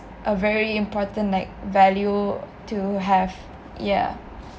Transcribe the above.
a very important like value to have yah